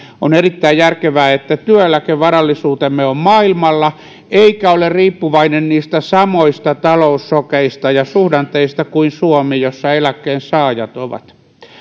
on erittäin järkevää että työeläkevarallisuutemme on maailmalla eikä ole riippuvainen niistä samoista taloussokeista ja suhdanteista kuin suomi jossa eläkkeensaajat ovat